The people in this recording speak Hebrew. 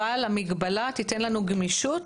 אבל המגבלה תיתן לנו גמישות,